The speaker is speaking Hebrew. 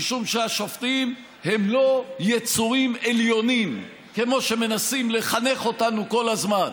משום שהשופטים הם לא יצורים עליונים כמו שמנסים לחנך אותנו כל הזמן.